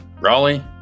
raleigh